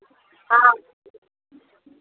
हाँ